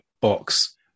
box